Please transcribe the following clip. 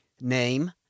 Name